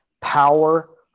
power